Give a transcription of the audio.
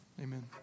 Amen